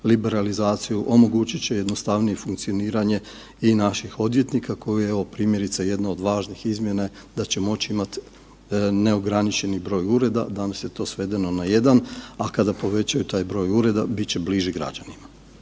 liberalizaciju, omogućit će jednostavnije funkcioniranje i naših odvjetnika koje evo primjerice jedne od važne izmjene da će moći imati neograničeni broj ureda. Danas je to svedeno na jedan, a kada povećaju taj broj ureda bit će bliži građanima.